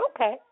Okay